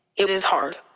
it is hard.